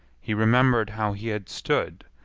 he remembered how he had stood,